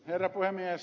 herra puhemies